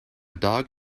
dog